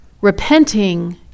Repenting